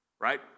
right